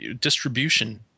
Distribution